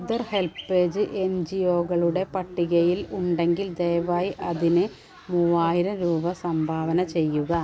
mother HelpAge എൻ ഞ്ചി യോകളുടെ പട്ടികയിൽ ഉണ്ടെങ്കിൽ ദയവായി അതിന് മൂവായിരം രൂപ സംഭാവന ചെയ്യുക